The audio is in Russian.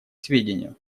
сведению